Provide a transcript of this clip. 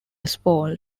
small